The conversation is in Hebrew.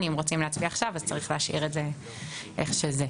אבל אם רוצים שנצביע עכשיו צריך להשאיר את זה איך שזה.